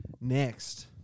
Next